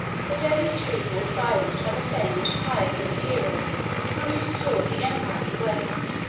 but every scruple was silenced by the fame and piety of a hero who had restored the empire of the west.